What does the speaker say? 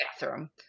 bathroom